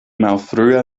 malfrue